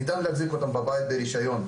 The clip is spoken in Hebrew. ניתן להחזיק בבית ברישיון,